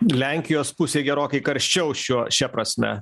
lenkijos pusėj gerokai karščiau šiuo šia prasme